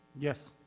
Yes